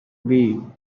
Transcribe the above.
three